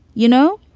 you know?